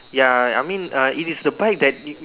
ya I mean uh it is the bike that you